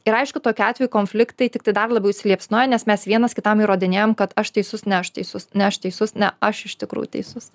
ir aišku tokiu atveju konfliktai tiktai dar labiau įsiliepsnoja nes mes vienas kitam įrodinėjam kad aš teisus ne aš teisus ne aš teisus ne aš iš tikrųjų teisus